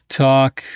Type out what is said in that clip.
talk